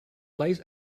lace